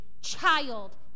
child